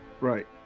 right